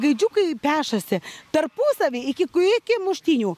gaidžiukai pešasi tarpusavy iki iki muštynių